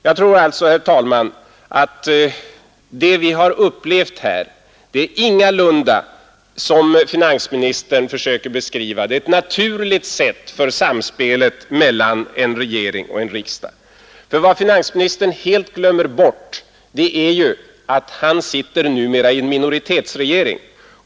Jag tror alltså, herr talman, att vad vi har upplevt här ingalunda är, som finansministern försöker beskriva det, ett naturligt samspel mellan en regering och en riksdag. Vad finansministern helt glömmer bort är att han numera sitter i en minoritetsregering.